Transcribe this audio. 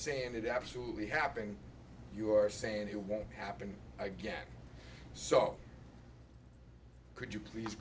saying it absolutely happen you are saying he won't happen again so could you please